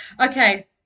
Okay